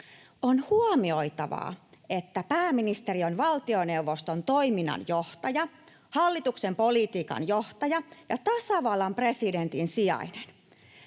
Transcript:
On huomioitava, että pääministeri on valtioneuvoston toiminnan johtaja, hallituksen politiikan johtaja ja tasavallan presidentin sijainen.